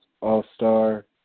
All-Star